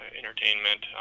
entertainment